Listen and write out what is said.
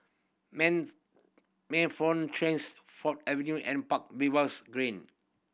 Ford Avenue and Park Green